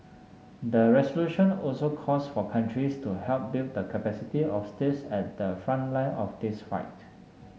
the resolution also calls for countries to help build the capacity of states at the front line of this fight